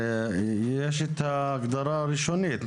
הרי יש את ההגדרה הראשונית.